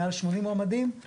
מעל 80 מועמדים,